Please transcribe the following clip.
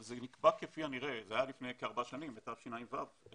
זה היה לפני כארבע שנים, בשנת תשע"ו-2016,